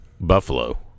Buffalo